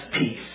peace